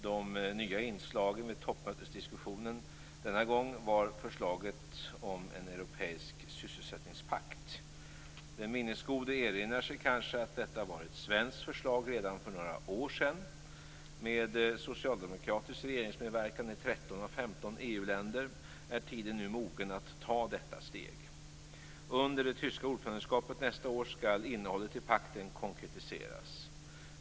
De nya inslagen vid toppmötesdiskussionen denna gång var förslaget om europeisk sysselsättningspakt. Den minnesgode erinrar sig kanske att detta var ett svenskt förslag redan för några år sedan. Med socialdemokratisk regeringsmedverkan i 13 av 15 EU länder är tiden nu mogen att ta detta steg. Under det tyska ordförandeskapet nästa år skall innehållet i pakten konkretiseras.